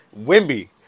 Wimby